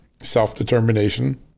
self-determination